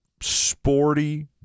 sporty